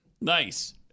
Nice